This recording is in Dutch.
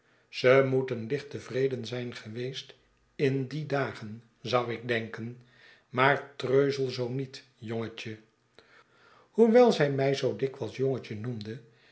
ze moeten licht tevreden zijn geweest in die dagen zou ik denken maar treuzel zoo niet jongetje hoewel zij mij zoo dikwijls jongetje noemde